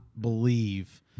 believe